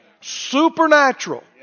supernatural